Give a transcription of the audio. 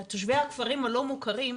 לתושבי הכפרים הלא מוכרים,